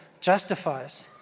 justifies